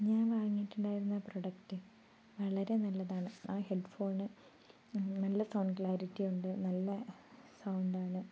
ഞാൻ വാങ്ങിയിട്ടുണ്ടായിരുന്ന പ്രൊഡക്ട് വളരെ നല്ലതാണ് ആ ഹെഡ്ഫോണ് നല്ല സൗണ്ട് ക്ലാരിറ്റിയുണ്ട് നല്ല സൗണ്ടാണ്